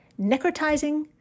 necrotizing